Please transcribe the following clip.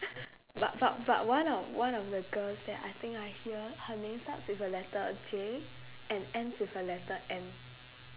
but but but one of one of the girls that I think I hear her name starts with a letter J and ends with a letter N